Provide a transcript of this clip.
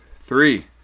three